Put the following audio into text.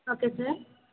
okay sir